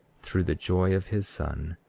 through the joy of his son.